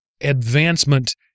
advancement